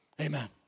Amen